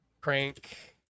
Crank